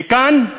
וכאן,